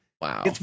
wow